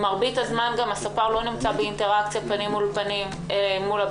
מרבית הזמן גם הספר לא נמצא עם הפנים לבן אדם,